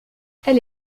elles